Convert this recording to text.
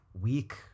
week